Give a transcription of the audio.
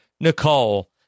Nicole